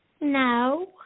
No